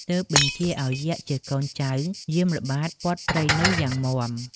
ទើបបញ្ជាឲ្យយក្ខជាកូនចៅ យាមល្បាតព័ទ្ធព្រៃនោះយ៉ាងមាំ។